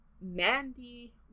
mandy